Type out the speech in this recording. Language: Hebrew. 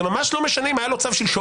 זה ממש לא משנה אם היה לו צו שלשום.